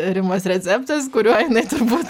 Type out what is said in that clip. rimos receptas kuriuo jinai turbūt